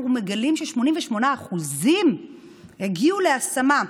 אנחנו מגלים ש-88% הגיעו להשמה.